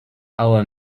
our